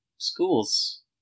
schools